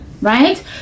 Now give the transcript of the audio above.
right